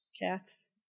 cats